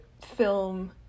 film